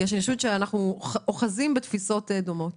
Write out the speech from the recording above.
כי אני חושבת שאנחנו אוחזים בתפיסות דומות